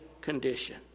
condition